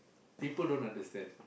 people don't understand